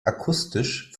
akustisch